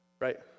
right